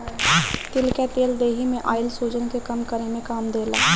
तिल कअ तेल देहि में आइल सुजन के कम करे में काम देला